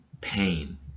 pain